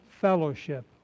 fellowship